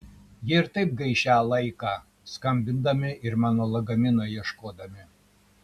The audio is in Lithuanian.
jie ir taip gaišę laiką skambindami ir mano lagamino ieškodami